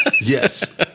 Yes